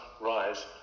rise